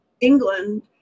England